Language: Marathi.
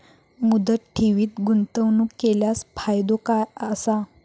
मुदत ठेवीत गुंतवणूक केल्यास फायदो काय आसा?